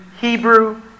Hebrew